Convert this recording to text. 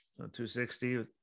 260